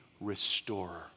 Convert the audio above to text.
restorer